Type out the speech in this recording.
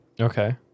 Okay